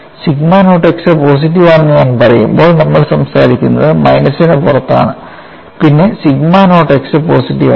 sigma nought x positive ആണെന്ന് ഞാൻ പറയുമ്പോൾ നമ്മൾ സംസാരിക്കുന്നത് മൈനസിന് പുറത്താണ് പിന്നെ സിഗ്മ നോട്ട് x പോസിറ്റീവ് ആണ്